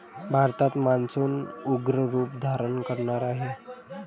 भारतात मान्सून उग्र रूप धारण करणार आहे